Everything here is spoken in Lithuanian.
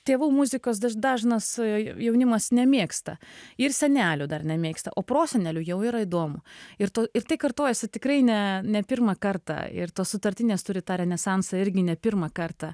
tėvų muzikos daž dažnas jaunimas nemėgsta ir senelių dar nemėgsta o prosenelių jau yra įdomu ir to ir tai kartojasi tikrai ne ne pirmą kartą ir tos sutartinės turi tą renesansą irgi ne pirmą kartą